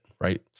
right